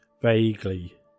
Vaguely